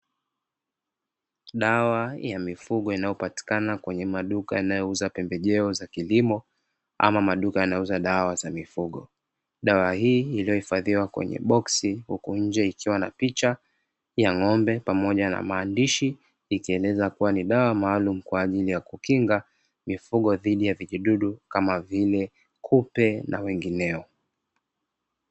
Dawa ya mifugo inayopatikana kwenye maduka yanayouza pembejeo za kilimo ama maduka yanayouza dawa za mifugo. Dawa hii iliyohifadhiwa kwenye boksi huku nje ikiwa na picha ya ng'ombe pamoja na maandishi, ikieleza kuwa ni dawa maalumu kwa ajili ya kukinga mifugo dhidi ya vijidududu kama vile: kupe na wengineo.